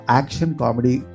action-comedy